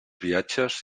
viatges